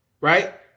Right